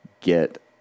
get